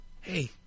Hey